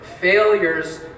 failures